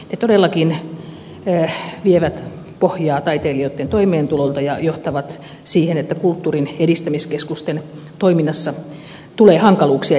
ne todellakin vievät pohjaa taiteilijoitten toimeentulolta ja johtavat siihen että kulttuurin edistämiskeskusten toiminnassa tulee hankaluuksia